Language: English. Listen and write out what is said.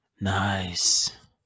nice